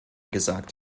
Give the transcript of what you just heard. gesagt